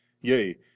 Yea